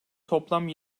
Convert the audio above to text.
toplam